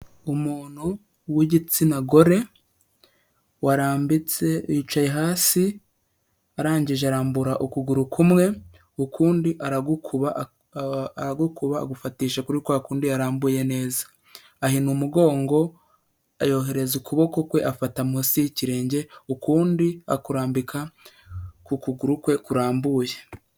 Umuntu w'igitsina gore warambitse yicaye hasi, arangije arambura ukuguru kumwe ukundi aragukuba agufatisha kuri kwa kundi yarambuye neza, ahina umugongo yohereza ukuboko kwe afata munsi y'ikirenge ukundi akurambika ku kuguru kwe kurambuye.